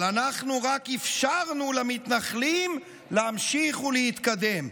אבל אנחנו רק אפשרנו למתנחלים להמשיך ולהתקדם,